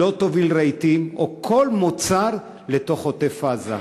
לא תוביל רהיטים או כל מוצר לתוך עוטף-עזה.